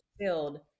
filled